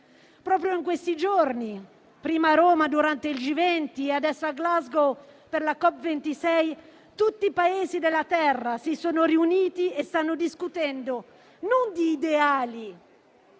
Proprio in questi giorni - prima a Roma durante il G20, adesso a Glasgow per la COP26 - tutti i Paesi della terra si sono riuniti e stanno discutendo non di ideali, ma di decisioni